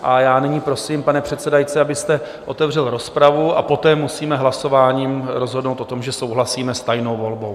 A já nyní prosím, pane předsedající, abyste otevřel rozpravu, a poté musíme hlasováním rozhodnout o tom, že souhlasíme s tajnou volbou.